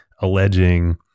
alleging